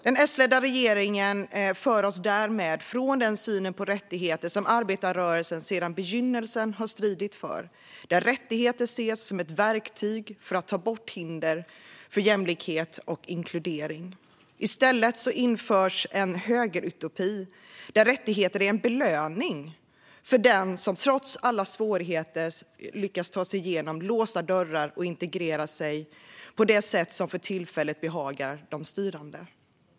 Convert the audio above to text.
Den S-ledda regeringen för oss därmed från den syn på rättigheter som arbetarrörelsen sedan begynnelsen har stridit för, där rättigheter ses som ett verktyg för att ta bort hinder för jämlikhet och inkludering. I stället införs en högerutopi, där rättigheter är en belöning för den som trots alla svårigheter lyckas ta sig genom låsta dörrar och integrera sig på det sätt som för tillfället behagar de styrande.